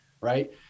right